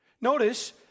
Notice